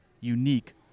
unique